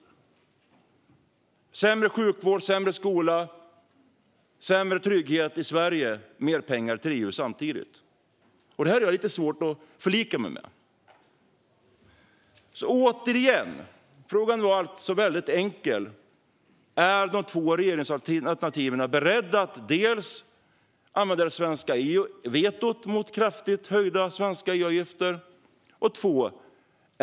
Vi kommer att få sämre sjukvård, sämre skola och sämre trygghet i Sverige, samtidigt som mer pengar går till EU. Detta har jag lite svårt att förlika mig med. Frågorna var alltså väldigt enkla: Är de två regeringsalternativen beredda att använda det svenska vetot mot kraftigt höjda svenska EU-avgifter?